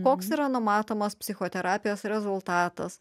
koks yra numatomas psichoterapijos rezultatas